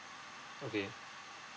okay